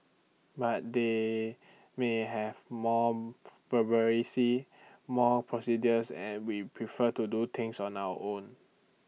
but they may have more more procedures and we prefer to do things on our own